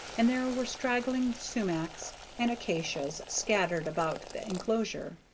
and there were straggling sumachs and acacias scattered about the enclosure,